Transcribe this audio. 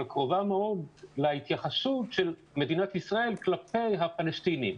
אבל קרובה מאוד להתייחסות של מדינת ישראל כלפי הפלסטינים.